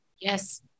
Yes